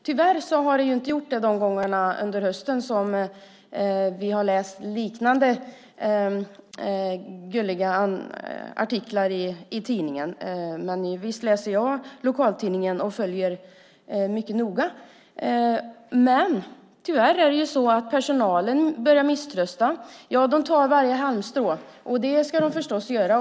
Tyvärr har det inte gjort det de gånger under hösten då vi har läst liknande gulliga artiklar i tidningar. Visst läser jag lokaltidningen och följer det mycket noga. Tyvärr börjar personalen misströsta. Den griper efter varje halmstrå. Det ska den förstås göra.